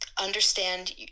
understand